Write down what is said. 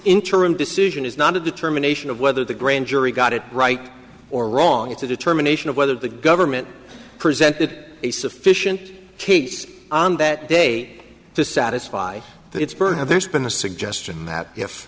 interim decision is not a determination of whether the grand jury got it right or wrong it's a determination of whether the government presented a sufficient case on that day to satisfy its berth and there's been the suggestion that if